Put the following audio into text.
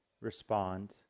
respond